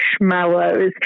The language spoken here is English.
marshmallows